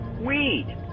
Weed